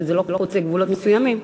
שזה לא חוצה גבולות מסוימים,